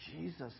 Jesus